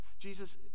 Jesus